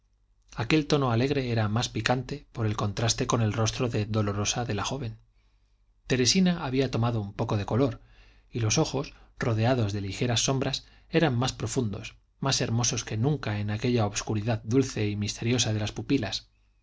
aquel tono alegre era más picante por el contraste con el rostro de dolorosa de la joven teresina había tomado un poco de color y los ojos rodeados de ligeras sombras eran más profundos más hermosos que nunca en aquella obscuridad dulce y misteriosa de las pupilas